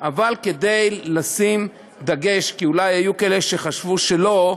אבל כדי לשים דגש, כי אולי יהיו כאלה שחשבו שלא,